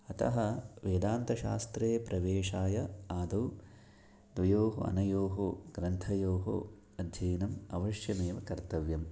अतः वेदान्तशास्त्रे प्रवेशाय आदौ द्वयोः अनयोः ग्रन्थयोः अध्ययनम् अवश्यमेव कर्तव्यं